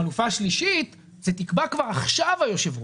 חלופה שלישית, זה תקבע כבר עכשיו, היושב ראש,